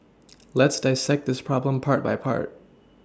let's dissect this problem part by part